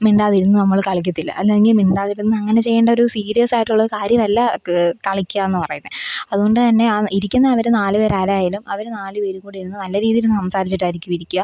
മിണ്ടാതിരുന്ന് നമ്മൾ കളിക്കത്തില്ല അല്ലെങ്കില് മിണ്ടാതിരുന്നങ്ങനെ ചെയ്യേണ്ടൊരു സീരിയസ്സായിട്ടുള്ള കാര്യമല്ല കളിക്കുകയെന്നു പറയുന്നത് അതുകൊണ്ടു തന്നെ ആ ഇരിക്കുന്ന അവർ നാല് പേരാരായാലും അവർ നാല് പേരും കൂടെയിരുന്ന് നല്ല രീതിയിൽ സംസാരിച്ചിട്ടാരിക്കും ഇരിക്കുക